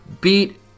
beat